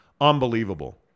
unbelievable